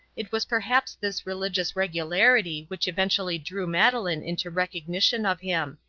it was perhaps this religious regularity which eventually drew madeleine into recognition of him.